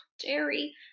jerry